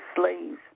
slaves